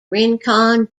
rincon